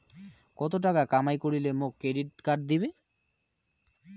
কত টাকা কামাই করিলে মোক ক্রেডিট কার্ড দিবে?